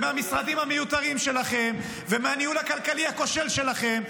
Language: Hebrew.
מהמשרדים המיותרים שלכם ומהניהול הכלכלי הכושל שלכם.